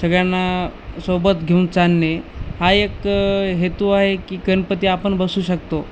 सगळ्यांना सोबत घेऊन चालणे हा एक हेतू आहे की गणपती आपण बसवू शकतो